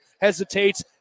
Hesitates